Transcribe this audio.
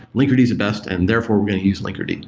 linkerd is the best and therefore we're going to use linkerd.